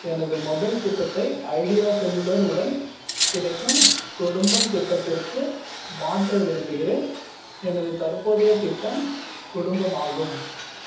எனது மொபைல் திட்டத்தை Idea Cellular உடன் கிடைக்கும் குடும்பம் திட்டத்திற்கு மாற்ற விரும்புகிறேன் எனது தற்போதைய திட்டம் குடும்பம் ஆகும்